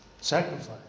Sacrifice